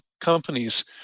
companies